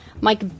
Mike